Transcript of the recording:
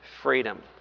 freedom